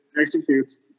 Executes